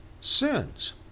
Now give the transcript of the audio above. sins